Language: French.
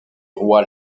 roi